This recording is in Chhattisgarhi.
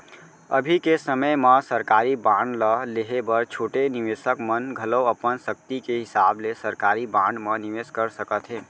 अभी के समे म सरकारी बांड ल लेहे बर छोटे निवेसक मन घलौ अपन सक्ति के हिसाब ले सरकारी बांड म निवेस कर सकत हें